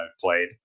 played